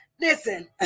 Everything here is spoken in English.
listen